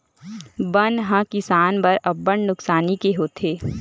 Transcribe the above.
बन ह किसान बर अब्बड़ नुकसानी के होथे